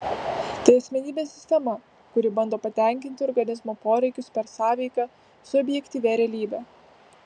tai asmenybės sistema kuri bando patenkinti organizmo poreikius per sąveiką su objektyvia realybe